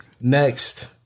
Next